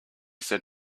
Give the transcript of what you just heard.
said